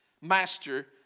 Master